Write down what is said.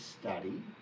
study